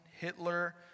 Hitler